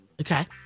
Okay